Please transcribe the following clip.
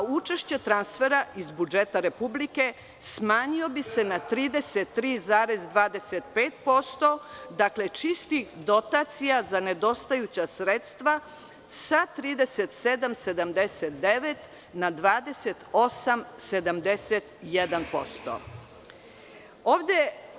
Učešće transfera iz budžeta Republike smanjilo bi se na 33,25%, dakle, čistih dotacija za nedostajuća sredstva sa 37,79 na 28,71%